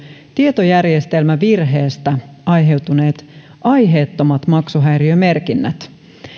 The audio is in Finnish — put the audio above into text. tietojärjestelmävirheestä aiheutuneet aiheettomat maksuhäiriömerkinnät